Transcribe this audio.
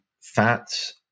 fats